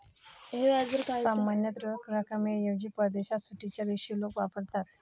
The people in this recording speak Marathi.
सामान्यतः रोख रकमेऐवजी परदेशात सुट्टीच्या दिवशी लोक वापरतात